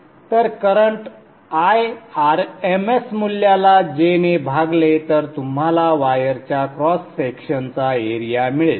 तर current I rms मूल्याला J ने भागले तर तुम्हाला वायरच्या क्रॉस सेक्शनचा एरिया मिळेल